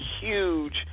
huge